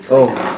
oh